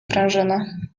sprężynę